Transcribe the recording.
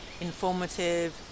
informative